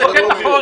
אני זוכר נכון.